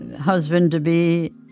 husband-to-be